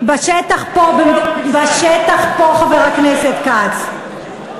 בשטח פה, חבר הכנסת כץ.